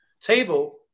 table